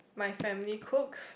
my family cooks